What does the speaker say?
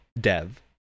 dev